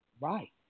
Right